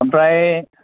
ओमफ्राय